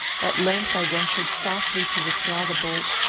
at length i ventured softly to withdraw the bolt,